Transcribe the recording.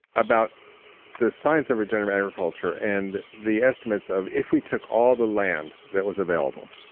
about the science of regenerative agriculture and the estimates of if we took all the land that was available,